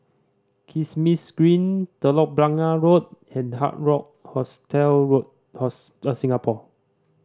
Kismis Green Telok Blangah Road and Hard Rock Hostel Road Hostel Singapore